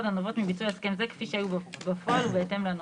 הנובעות מביצוע הסכם זה כפי שהיו בפועל ובהתאם לנוהל.